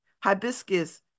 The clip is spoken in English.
hibiscus